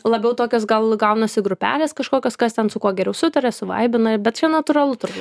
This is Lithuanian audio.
labiau tokios gal gaunasi grupelės kažkokios kas ten su kuo geriau sutaria suvaibina bet čia natūralu turbūt